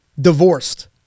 divorced